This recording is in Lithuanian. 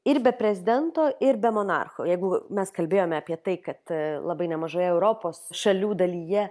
ir be prezidento ir be monarcho jeigu mes kalbėjome apie tai kad labai nemažoje europos šalių dalyje